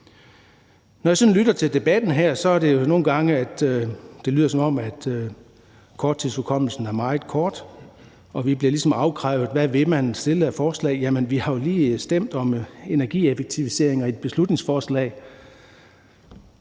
Når jeg lytter til debatten her, lyder det nogle gange, som om korttidshukommelsen er meget kort. Vi bliver ligesom afkrævet, hvad vi vil stille af forslag. Jamen vi har jo lige stemt om energieffektiviseringer i et beslutningsforslag.